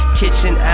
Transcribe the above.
kitchen